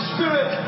Spirit